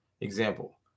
Example